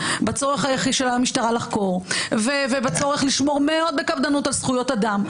בצורך של המשטרה לחקור ובצורך לשמור מאוד בקפדנות על זכויות אדם,